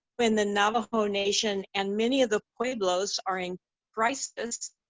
when the navajo nation, and many of the pueblos, are in crisis,